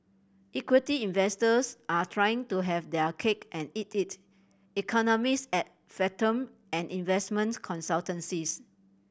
equity investors are trying to have their cake and eat it economist at Fathom an investment consultancies